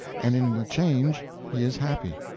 and in the change he is happy.